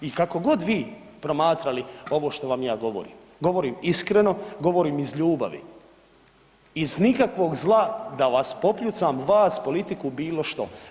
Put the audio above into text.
I kakogod vi promatrali ovo što vam ja govorim, govorim iskreno, govorim iz ljubavi, iz nikoga zla da vas popljucam vas, politiku bilo što.